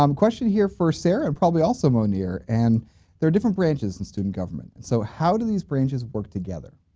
um question here, first sarah and probably also moneer and there are different branches in student government and so how do these branches work together?